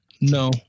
No